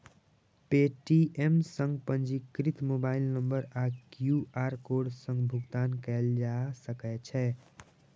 Paytm सं पंजीकृत mobile number आ क्यू.आर कोड सं भुगतान कैल जा सकै छै